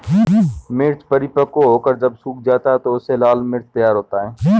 मिर्च परिपक्व होकर जब सूख जाता है तो उससे लाल मिर्च तैयार होता है